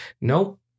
Nope